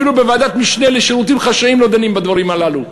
אפילו בוועדת המשנה לשירותים חשאיים לא דנים בדברים הללו,